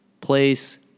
place